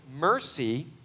mercy